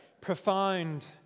profound